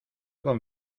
con